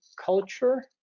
culture